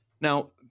Now